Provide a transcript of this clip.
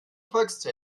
volkszählung